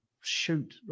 Shoot